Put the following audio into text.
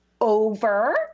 Over